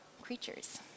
creatures